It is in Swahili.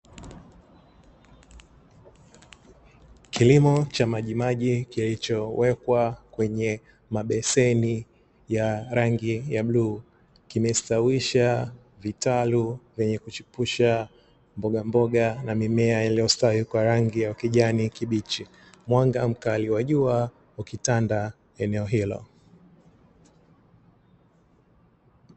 Kilimo cha majimaji kilichowekwa kwenye mabeseni ya rangi ya bluu, kimestawisha vitalu vyenye kuchipusha mbogamboga na mimea iliyostawi kwa rangi ya ukijani kibichi. Mwanga mkali wa jua ukitanda eneo hilo.